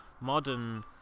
modern